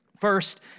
First